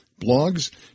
blogs